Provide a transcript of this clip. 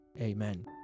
Amen